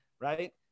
right